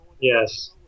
Yes